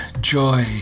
joy